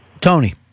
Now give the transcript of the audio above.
Tony